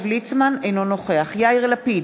אינו נוכח יאיר לפיד,